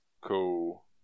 Cool